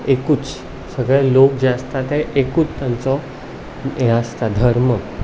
एकूच सगळे लोक जे आसता ते एकूच तांचो हें आसता धर्म